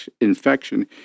infection